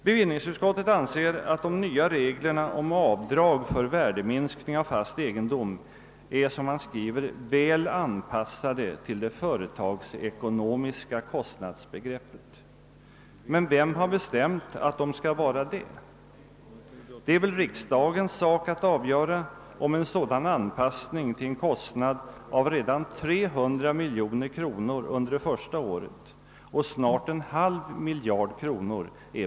Bevillningsutskottet anser att de nya reglerna om avdrag för värdeminskning av fast egendom är, som man skriver, väl anpassade till ett företags ekonomiska kostnadsbegrepp. Men vem har bestämt att de skall vara det? Det är väl riksdagens sak att avgöra om en sådan anpassning är befogad till en kostnad av 300 miljoner kronor redan under det första året och snart en halv miljard kronor.